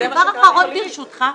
ודבר אחרון, ברשותך.